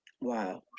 Wow